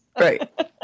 right